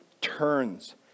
turns